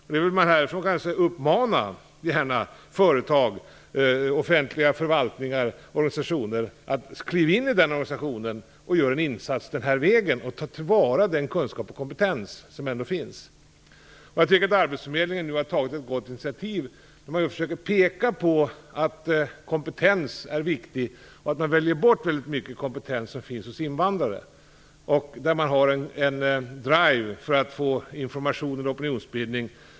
Jag vill härifrån uppmana företag, offentliga förvaltningar och organisationer att skriva in sig i den organisationen och göra en insats den vägen. Ta till vara den kunskap och kompetens som ändå finns! Jag tycker att arbetsförmedlingen nu har tagit ett gott initiativ. Man försöker peka på att kompetens är viktigt och att mycket av den kompetens som finns hos invandrare väljs bort. Man har en drive med information och opinionsbildning.